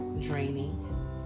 draining